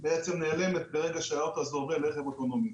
בעצם נעלמים ברגע שהאוטו הוא רכב אוטונומי.